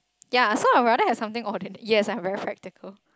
ya so I'll rather have something ordinary yes I am very practical